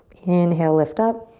inhale, lift up.